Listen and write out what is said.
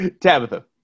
Tabitha